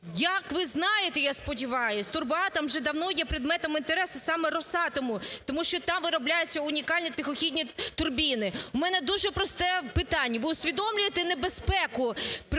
Як ви знаєте, я сподіваюсь, "Турбоатом" вже давно є предметом інтересу саме "Росатому", тому що там виробляється унікальні тихохідні турбіни. В мене дуже просте питання: ви усвідомлюєте небезпеку